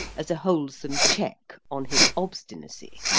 as a wholesome check on his obstinacy.